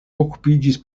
okupiĝis